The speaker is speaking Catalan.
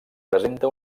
presenta